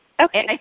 Okay